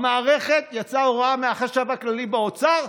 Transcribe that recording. המערכת, יצאה הוראה מהחשב הכללי באוצר: